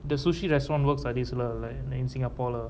the sushi restaurant works like this lah like like in singapore lah